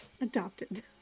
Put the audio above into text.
Adopted